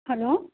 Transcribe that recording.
hello